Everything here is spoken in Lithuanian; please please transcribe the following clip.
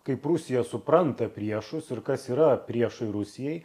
kaip rusija supranta priešus ir kas yra priešai rusijai